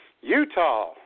Utah